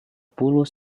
puluh